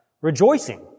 rejoicing